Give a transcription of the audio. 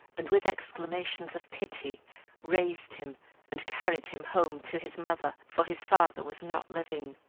and with exclamations of pity raised him and carried him home to his mother, for his father was not living.